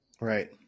Right